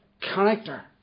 character